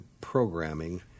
programming